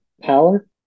power